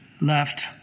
left